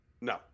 No